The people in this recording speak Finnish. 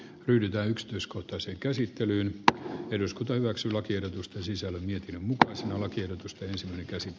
kyläyhdistys kotoiseen käsittelyyn ja eduskunta hyväksyi lakiehdotusten sisällön heti mukaansa lakiehdotusten selkänsä